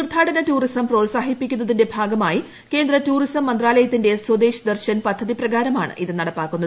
തീർത്ഥാടന ടൂറിസം പ്രോത്സാഹിപ്പിക്കുന്നതിന്റെ ഭാഗമായി കേന്ദ്ര ടൂറിസം മന്ത്രാലയത്തിന്റെ സ്വദേശ് ദർശൻ പദ്ധതി പ്രകാരമാണ് ഇത് നടപ്പാക്കുന്നത്